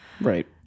Right